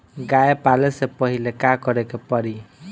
गया पाले से पहिले का करे के पारी?